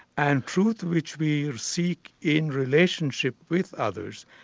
and truth which we'll seek in relationship with others,